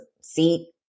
seat